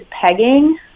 pegging